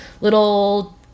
little